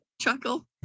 chuckle